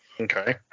Okay